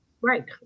right